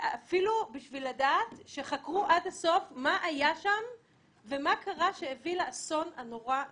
אפילו בשביל לדעת שיחקרו עד הסוף מה היה שם והביא לאסון הנורא הזה.